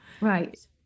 right